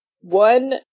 One